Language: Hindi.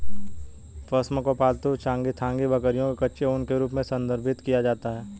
पश्म को पालतू चांगथांगी बकरियों के कच्चे ऊन के रूप में संदर्भित किया जाता है